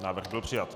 Návrh byl přijat.